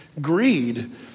greed